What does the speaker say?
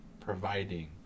providing